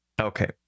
Okay